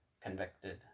convicted